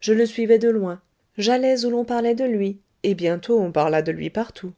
je le suivais de loin j'allais où l'on parlait de lui et bientôt on parla de lui partout